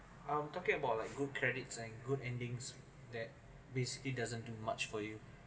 I'm talking about like good credit saying good endings that basically doesn't do much for you